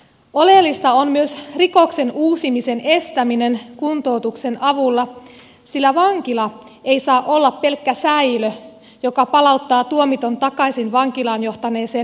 oleellista on myös rikoksen uusimisen estäminen kuntoutuksen avulla sillä vankila ei saa olla pelkkä säilö joka palauttaa tuomitun takaisin vankilaan johtaneeseen elämäntilanteeseen